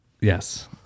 Yes